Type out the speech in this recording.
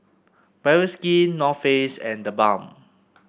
Bioskin North Face and TheBalm